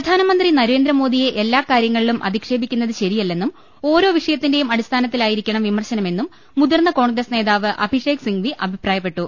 പ്രധാനമന്ത്രി നരേന്ദ്രമോദിയെ എല്ലാകാര്യങ്ങളിലും അധിക്ഷേ പിക്കുന്നത് ശരിയല്ലെന്നും ഓരോ വിഷയത്തിന്റെയും അടിസ്ഥാ നത്തിലായിരിക്കണം വിമർശനമെന്നും മുതിർന്ന കോൺഗ്രസ് നേതാവ് അഭിഷേക് സിംഗ്വി അഭിപ്രായപ്പെട്ടു